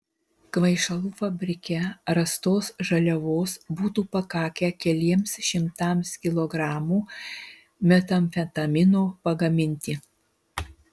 kvaišalų fabrike rastos žaliavos būtų pakakę keliems šimtams kilogramų metamfetamino pagaminti